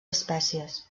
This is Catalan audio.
espècies